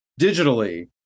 digitally